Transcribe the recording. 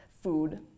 food